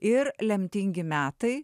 ir lemtingi metai